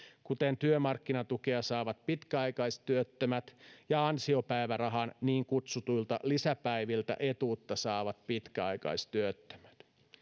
kuin työmarkkinatukea saavat pitkäaikaistyöttömät ja ansiopäivärahan niin kutsutuilta lisäpäiviltä etuutta saavat pitkäaikaistyöttömät